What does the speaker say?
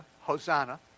Hosanna